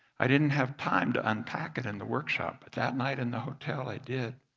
i didn't have time to unpack it in the workshop, but that night in the hotel i did.